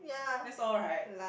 that's all right